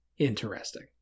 Interesting